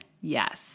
Yes